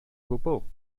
gwbl